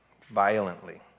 violently